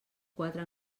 quatre